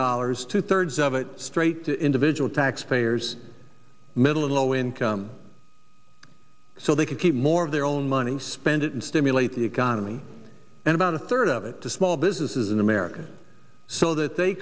dollars two thirds of it straight to individual taxpayers middle and low income so they could keep more of their own money spend it and stimulate the economy and about a third of it to small businesses in america so that they